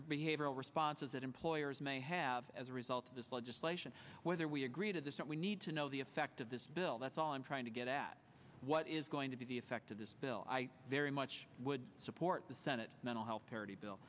behavioral responses that employers may have as a result of this legislation whether we agree to this and we need to know the effect of this bill that's all i'm trying to get at what is going to be the effect of this bill i very much would support the senate mental health parity bill